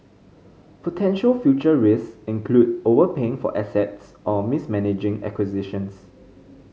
potential future risk include overpaying for assets or mismanaging acquisitions